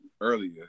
earlier